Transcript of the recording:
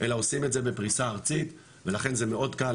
אלא עושים את זה בפריסה ארצית ולכן זה מאוד קל,